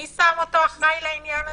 מי שם אותו אחראי לעניין הזה?